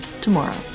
tomorrow